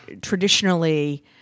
traditionally